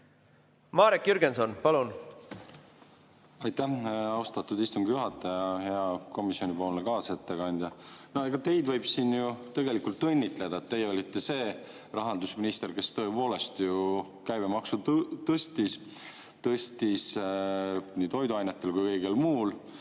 Marek Jürgenson, palun! Aitäh, austatud istungi juhataja! Hea komisjoni kaasettekandja! Teid võib ju tegelikult õnnitleda: teie olite see rahandusminister, kes tõepoolest käibemaksu tõstis. Tõstis nii toiduainetel kui kõigel muul,